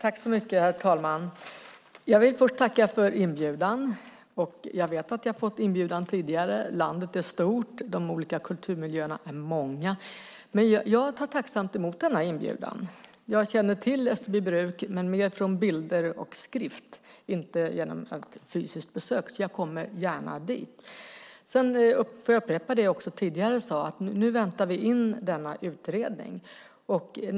Herr talman! Jag tackar för inbjudan. Jag har fått inbjudningar tidigare. Landet är stort och de olika kulturmiljöerna många. Jag tar tacksamt emot denna inbjudan. Jag känner till Österbybruk närmast från bild och skrift, inte genom fysiskt besök. Jag kommer därför gärna dit. Låt mig upprepa det jag sade tidigare, nämligen att vi nu väntar på att utredningen ska blir klar.